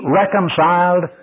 reconciled